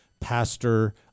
pastor